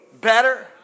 Better